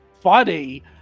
funny